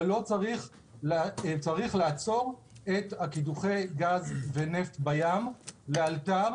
אבל צריך לעצור את קידוחי הגז והנפט בים לאלתר,